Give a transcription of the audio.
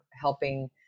helping